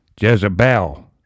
Jezebel